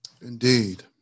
Indeed